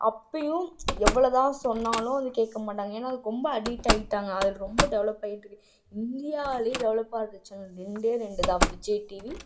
அப்போயும் எவ்வளோ தான் சொன்னாலும் அதை கேட்க மாட்டாங்க ஏன்னால் அதுக்கு ரொம்ப அடிட் ஆகிட்டாங்க அது ரொம்ப டெவலப் ஆகிட்டுருக்கு இந்தியாவிலயே டெவெலப்பான சேனல்ன்னா ரெண்டு ரெண்டு தான் விஜய் டீவி